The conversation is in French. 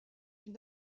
une